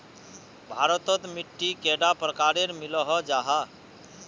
भारत तोत मिट्टी कैडा प्रकारेर मिलोहो जाहा?